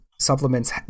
supplements